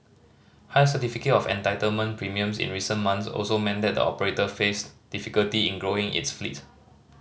High Certificate of Entitlement premiums in recent months also meant that the operator faced difficulty in growing its fleet